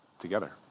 together